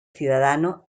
ciudadano